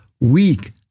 weak